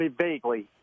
vaguely